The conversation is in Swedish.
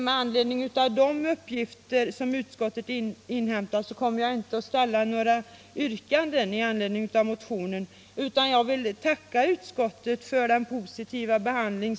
Med anledning av de uppgifter som utskottet inhämtat kommer jag därför inte att ställa något yrkande med anledning av motionen, utan jag vill tacka utskottet för att motionen har fått en positiv behandling.